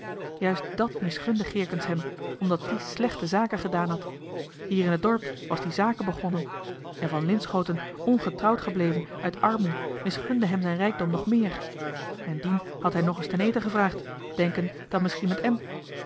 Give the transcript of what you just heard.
juist dàt misgunde geerkens hem omdat die slèchte zaken gedaan had hier in het dorp was die zaken begonnen en van linschooten ongetrouwd gebleven uit armoe misgunde hem zijn rijkdom nog meer en dien had hij nog es ten eten gevraagd denkend dat misschien met em